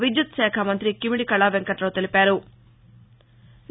విద్యుత్ శాఖ మంతి కిమిడి కళా వెంకటావు తెలిపారు